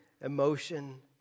emotion